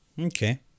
okay